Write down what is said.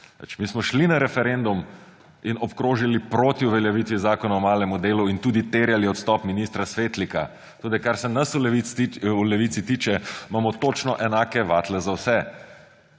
Mi smo šli na referendum in obkrožili »proti« uveljavitvi Zakona o malem delu in tudi terjali odstop ministra Svetlika. Kar se nas v Levici tiče, imamo točno enake vatle za vse.